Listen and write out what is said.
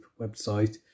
website